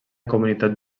comunitat